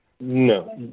No